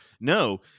No